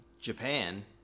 japan